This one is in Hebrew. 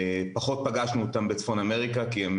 פחות פגשנו אותם בצפון אמריקה כי הם